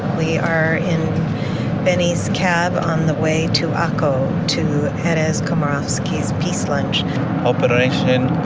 we are in benny's cab on the way to akko, to erez komarovsky's peace lunch operation